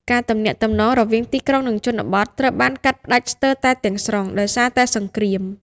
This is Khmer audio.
ការទំនាក់ទំនងរវាងទីក្រុងនិងជនបទត្រូវបានកាត់ផ្តាច់ស្ទើរតែទាំងស្រុងដោយសារតែសង្គ្រាម។